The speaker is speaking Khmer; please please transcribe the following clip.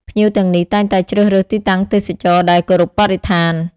ភ្ញៀវទាំងនេះតែងតែជ្រើសរើសទីតាំងទេសចរណ៍ដែលគោរពបរិស្ថាន។